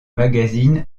magazine